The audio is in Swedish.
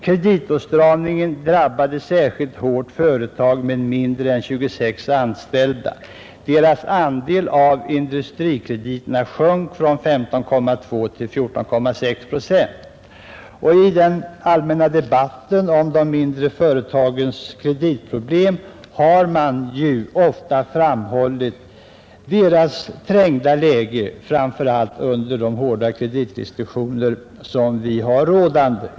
Till största delen berodde detta på att företag med mindre än 26 anställda minskade sin andel från 15,2 till 14,6 procent.” I den allmänna debatten om de mindre företagens kreditproblem har ju dessa företags trängda läge ofta framhållits, framför allt under de hårda kreditrestriktioner som nu råder.